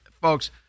folks